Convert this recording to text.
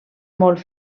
molt